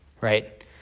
right